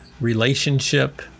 relationship